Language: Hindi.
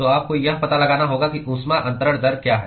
तो आपको यह पता लगाना होगा कि ऊष्मा अन्तरण दर क्या है